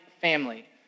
family